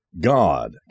God